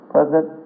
President